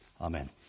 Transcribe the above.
Amen